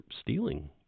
stealing